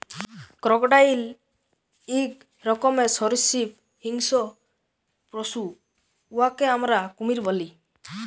crocodile ইক রকমের সরীসৃপ হিংস্র পশু উয়াকে আমরা কুমির ব্যলি